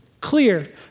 Clear